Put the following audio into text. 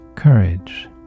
Courage